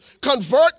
convert